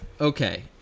Okay